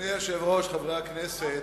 אדוני היושב-ראש, חברי הכנסת,